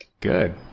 good